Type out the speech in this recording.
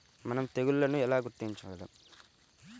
మనం తెగుళ్లను ఎలా గుర్తించగలం?